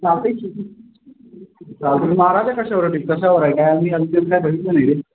चालत आहे की हां पण महाराजा कशावरती कशावर काय आम्ही अजून मी काय बघितलं नाही रे